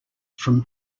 from